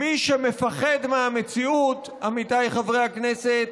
מי שמפחד מהמציאות, עמיתיי חברי הכנסת,